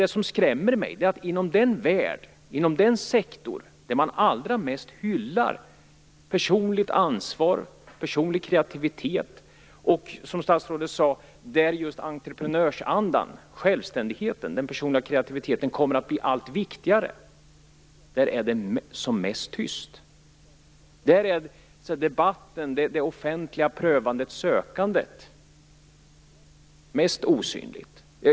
Det som skrämmer mig är att det är som mest tyst inom den sektor där man allra mest hyllar personligt ansvar och personlig kreativitet och, som statsrådet sade, där entreprenörsandan, självständigheten och den personliga kreativiteten kommer att bli allt viktigare. Där är debatten och det offentliga prövandet och sökandet mest osynligt.